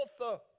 author